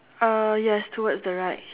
uh yes towards the right